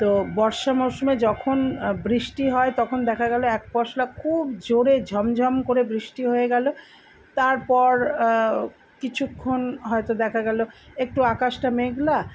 তো বর্ষার মরশুমে যখন বৃষ্টি হয় তখন দেখা গেল এক পশলা খুব জোরে ঝমঝম করে বৃষ্টি হয়ে গেল তারপর কিছুক্ষণ হয়তো দেখা গেল একটু আকাশটা মেঘলা